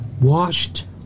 washed